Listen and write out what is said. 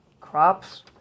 crops